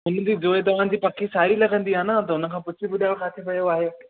हुन जी जोइ तव्हांजी पकी साहेड़ी लॻंदी आहे न त हुन खां पुछी ॿुधायो किथे वयो आहे